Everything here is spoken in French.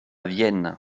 vienne